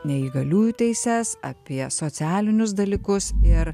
neįgaliųjų teises apie socialinius dalykus ir